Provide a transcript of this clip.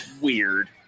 Weird